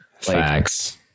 Facts